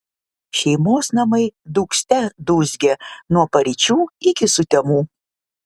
šeimos namai dūgzte dūzgė nuo paryčių iki sutemų